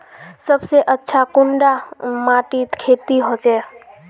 सबसे अच्छा कुंडा माटित खेती होचे?